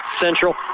Central